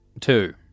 Two